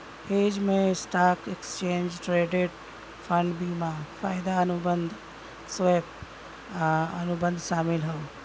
hedge में stock, exchange traded fund, बीमा, वायदा अनुबंध, स्वैप, अनुबंध शामिल हौ